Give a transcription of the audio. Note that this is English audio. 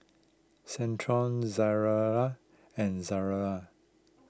Centrum Ezerra and Ezerra